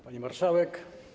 Pani Marszałek!